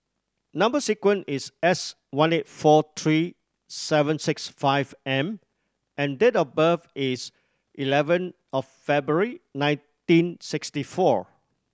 number sequence is S one eight four three seven six five M and date of birth is eleven of February nineteen sixty four